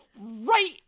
Right